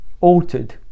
altered